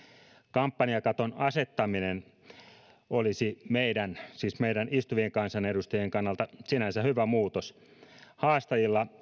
kampanjakaton asettaminen olisi meidän siis meidän istuvien kansanedustajien kannalta sinänsä hyvä muutos haastajilla